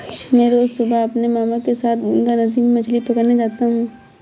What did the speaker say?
मैं रोज सुबह अपने मामा के साथ गंगा नदी में मछली पकड़ने जाता हूं